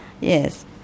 Yes